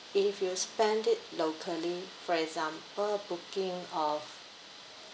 if you spend it locally for example booking of